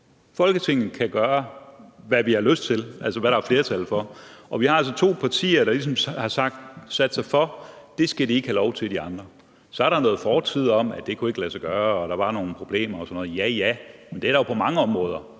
Folketinget kan gøre, hvad vi har lyst til, altså hvad der er flertal for, og vi har altså to partier, der ligesom har sat sig for, at det skal de andre ikke have lov til. Så ligger der noget i fortiden, hvor det ikke kunne lade sig gøre, og der var nogle problemer og sådan noget – ja, ja, men det er der jo på mange områder.